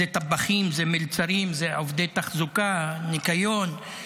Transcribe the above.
אלו טבחים, מלצרים, עובדי תחזוקה, ניקיון.